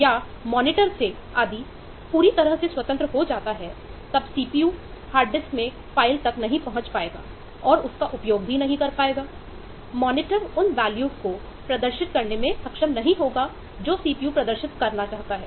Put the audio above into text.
यदि CPU hard disk को प्रदर्शित करने में सक्षम नहीं होगा जो सीपीयू प्रदर्शित करना चाहता है